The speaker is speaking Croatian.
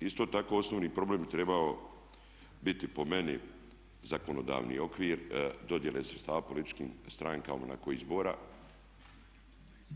Isto tako, osnovni problem bi trebao biti po meni zakonodavni okvir dodjele sredstava političkim strankama nakon izbora,